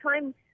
time